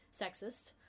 sexist